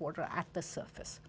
water at the surface